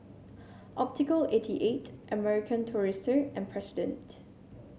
Optical eighty eight American Tourister and President